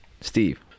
Steve